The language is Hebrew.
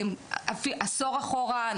עשור אחורה,